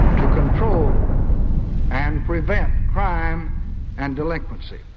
to control and prevent crime and delinquency.